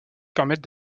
permettent